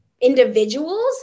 individuals